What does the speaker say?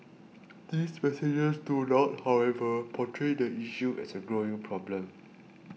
these messages do not however portray the issue as a growing problem